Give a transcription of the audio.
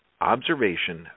observation